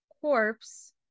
corpse